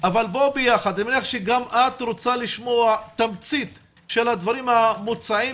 אני מניח שגם את רוצה לשמוע תמצית של הדברים המוצעים